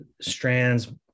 strands